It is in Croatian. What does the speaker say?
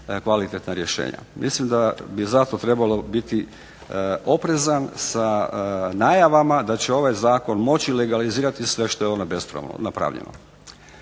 kvalitetna rješenja. Mislim da bi zato trebalo biti oprezan sa najavama da će ovaj zakon moći legalizirati sve što je bespravno napravljeno.